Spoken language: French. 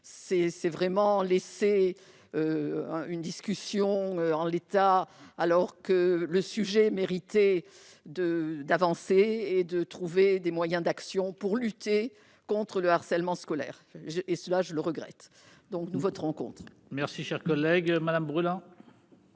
c'est vraiment laissé une discussion en l'état, alors que le sujet mérité de d'avancer et de trouver des moyens d'action pour lutter contre le harcèlement scolaire et cela, je le regrette, donc, nous voterons contre. Merci, cher collègue Madame brûlant.